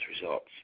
results